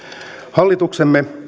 hallituksemme